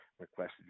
requested